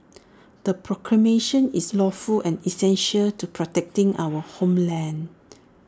the proclamation is lawful and essential to protecting our homeland